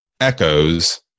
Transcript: echoes